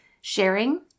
sharing